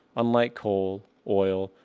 unlike coal, oil,